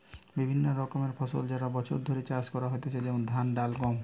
বিভিন্ন রকমের ফসল সারা বছর ধরে চাষ করা হইতেছে যেমন ধান, ডাল, গম